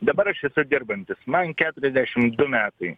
dabar aš esu dirbantis man keturiasdešim du metai